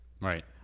right